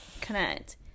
connect